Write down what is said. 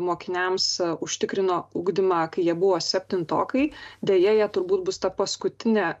mokiniams užtikrina ugdymą kai jie buvo septintokai deja jie turbūt bus ta paskutinė